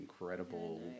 incredible